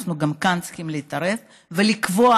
אנחנו צריכים להתערב גם כאן ולקבוע,